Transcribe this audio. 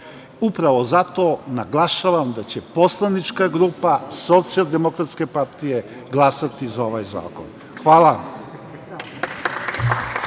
živeti. Upravo zato, naglašavam da će poslanička grupa Socijaldemokratske partije glasati za ovaj zakon. Hvala.